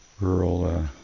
rural